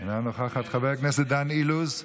אינה נוכחת, חבר הכנסת דן אילוז,